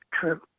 true